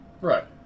right